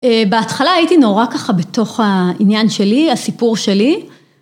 בהתחלה הייתי נורא ככה בתוך העניין שלי, הסיפור שלי.